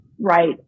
right